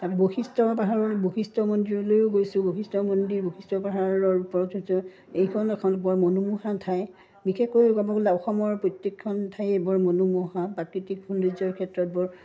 বশিষ্ঠ পাহাৰৰ বশিষ্ঠ মন্দিৰলৈও গৈছোঁ বশিষ্ঠ মন্দিৰ বশিষ্ঠ পাহাৰৰ ওপৰত হৈছে এইখন এখন বৰ মনোমোহা ঠাই বিশেষকৈ ক'ব গ'লে অসমৰ প্ৰত্যেকখন ঠায়েই বৰ মনোমোহা প্ৰাকৃতিক সৌন্দৰ্যৰ ক্ষেত্ৰত বৰ